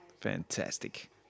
fantastic